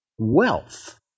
Wealth